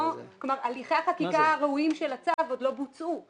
כלומר, הליכי החקיקה הראויים של הצו עוד לא בוצעו.